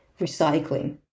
recycling